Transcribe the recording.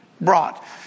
brought